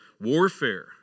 warfare